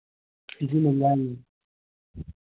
जी Ramzan